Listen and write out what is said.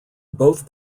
both